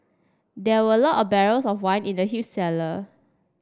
there were lot of barrels of wine in the huge cellar